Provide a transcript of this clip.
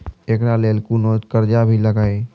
एकरा लेल कुनो चार्ज भी लागैये?